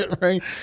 Right